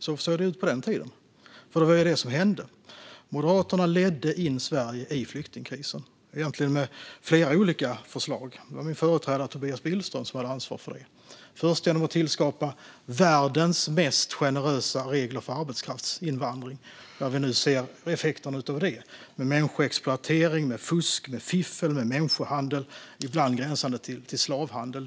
Så såg det ut på den tiden. Det var det som hände. Moderaterna ledde in Sverige i flyktingkrisen, egentligen med flera olika förslag. Det var min företrädare Tobias Billström som hade ansvar för det. Först tillskapade man världens mest generösa regler för arbetskraftsinvandring. Nu ser vi effekterna av det med människoexploatering, med fusk, med fiffel och med människohandel, ibland gränsande till slavhandel.